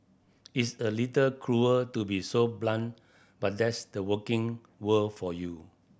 it's a little cruel to be so blunt but that's the working world for you